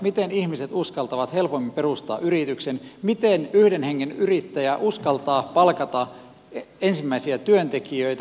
miten ihmiset uskaltavat helpommin perustaa yrityksen miten yhden hengen yrittäjä uskaltaa palkata ensimmäisiä työntekijöitä